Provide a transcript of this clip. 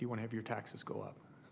do you want have your taxes go up